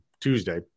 Tuesday